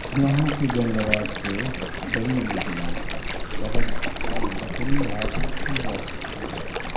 یہاں کے جنگلات سے جڑی بوٹیاں شہد اور لکڑی حاصل کی جا سکتی ہے